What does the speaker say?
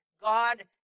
God